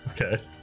Okay